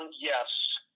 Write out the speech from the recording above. yes